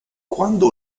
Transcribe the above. quando